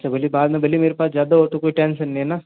अच्छा भले बाद में भले ही मेरे पास ज़्यादा हो तो कोई टेंशन नहीं है न